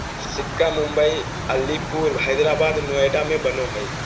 सिक्का मुम्बई, अलीपुर, हैदराबाद, नोएडा में बनो हइ